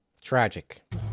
Tragic